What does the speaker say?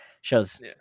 shows